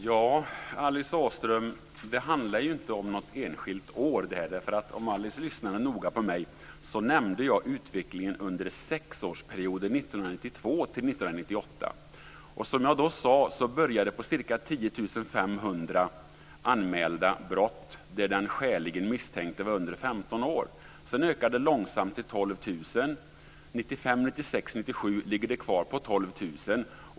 Fru talman! Det handlar ju inte, Alice Åström, om ett enskilt år. Om Alice lyssnade noga på mig vet hon att jag nämnde utvecklingen under perioden 1992 1998. Jag sade att det började med ca 10 500 anmälda brott där den skäligen misstänkte var under 15 år. 1997 ligger antalet kvar på 12 000.